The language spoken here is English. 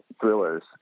thrillers